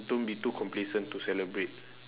don't be too complacent to celebrate